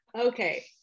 Okay